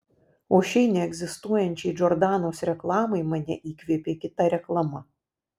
o šiai neegzistuojančiai džordanos reklamai mane įkvėpė kita reklama